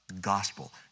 gospel